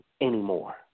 anymore